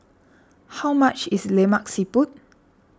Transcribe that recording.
how much is Lemak Siput